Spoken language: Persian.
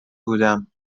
بودم